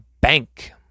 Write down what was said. Bank